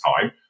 time